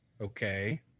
Okay